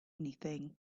anything